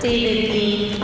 the